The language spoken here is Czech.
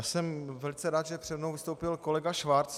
Jsem velice rád, že přede mnou vystoupil kolega Schwarz.